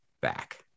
back